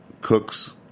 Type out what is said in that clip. cooks